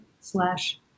slash